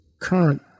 current